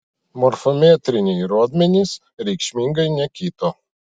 morfometriniai rodmenys reikšmingai nekito